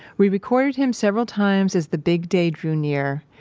we recorded him several times as the big day drew near.